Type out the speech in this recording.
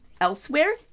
Elsewhere